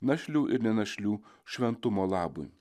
našlių ir ne našlių šventumo labui